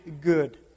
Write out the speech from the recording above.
good